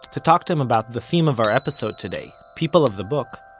to talk to him about the theme of our episode today, people of the book,